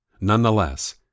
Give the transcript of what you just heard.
Nonetheless